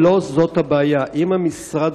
בסדר,